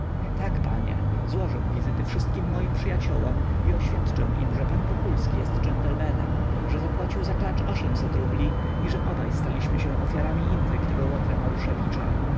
tak panie złożę wizyty wszystkim moim przyjaciołom i oświadczę im że pan wokulski jest dżentlmenem że zapłacił za klacz rubli i że obaj staliśmy się ofiarami